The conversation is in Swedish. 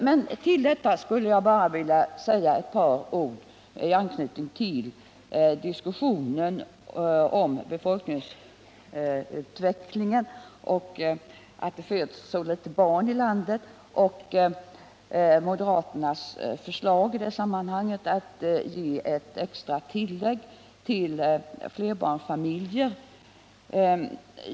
Men utöver detta skulle jag vilja säga ett par ord i anknytning till diskussionen om befolkningsutvecklingen — det har ju framhållits att det föds så litet barn i landet — och moderaternas förslag i det sammanhanget att ge ett extra tillägg till flerbarnsfamiljer.